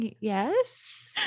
yes